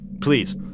Please